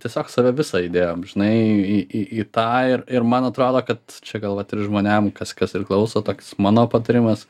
tiesiog save visą idėjom žinai į į į tą ir ir man atrodo kad čia gal vat ir žmonėm kas kas ir klauso toks mano patarimas